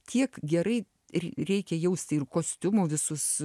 tiek gerai ir reikia jausti ir kostiumų visus